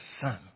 Son